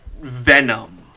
Venom